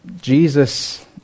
Jesus